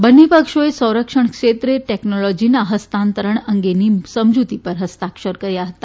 બંને પક્ષોએ સંરક્ષણ ક્ષેત્રે ટેકનોલોજીના ફસ્તાંતરણ અંગેની સમજીતી ઉપર ફસ્તાક્ષર કર્યા હતા